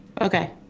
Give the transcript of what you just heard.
Okay